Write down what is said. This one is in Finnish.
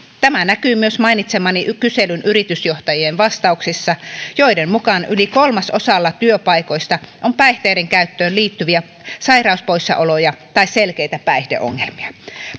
tämä näkyy myös mainitsemani kyselyn yritysjohtajien vastauksissa joiden mukaan yli kolmasosalla työpaikoista on päihteiden käyttöön liittyviä sairauspoissaoloja tai selkeitä päihdeongelmia